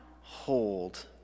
hold